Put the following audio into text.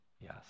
Yes